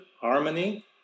harmony